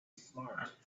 smart